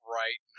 right